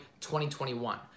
2021